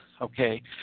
okay